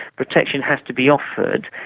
protection has to be offered,